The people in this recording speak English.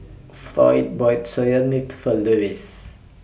Floyd bought Soya Milk For Louis